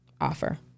offer